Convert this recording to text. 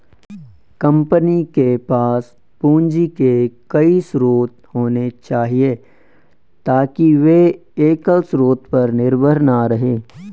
company के पास पूंजी के कई स्रोत होने चाहिए ताकि वे एकल स्रोत पर निर्भर न रहें